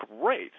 great